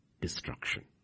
destruction